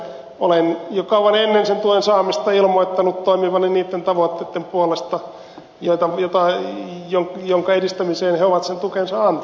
olen jo kauan ennen sen tuen saamista ilmoittanut toimivani niitten tavoitteitten puolesta joiden edistämiseen he ovat sen tukensa antaneet